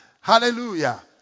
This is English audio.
Hallelujah